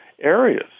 areas